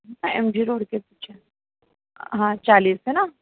M G road के पीछे हाँ चालीस है न